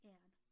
Anne